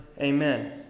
Amen